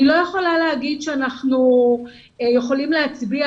אני לא יכולה לומר שאנחנו יכולים להצביע